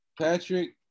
Patrick